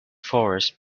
forest